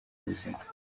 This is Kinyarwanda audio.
ubuzima